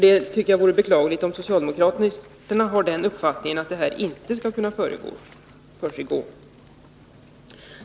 Jag tycker det är beklagligt om socialdemokraterna har den uppfattningen att detta inte skall kunna gå.